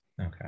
Okay